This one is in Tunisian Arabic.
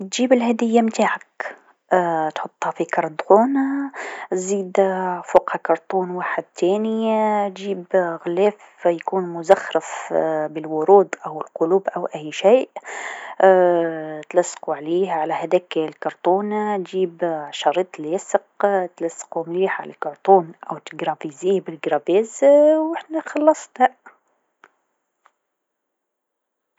تجيب الهدية متاعك تحطها في كرطون زيد فوقها كرطون واحد ثاني، جيب غلاف يكون مزخرف بالورود أو القلوب أو أي شيء تلسقو عليه، على هذاك الكرطون، تجيب شريط لاسق تلسقو مليح على الكرطون أو أحفره بالحفارة و احنا خلصنا.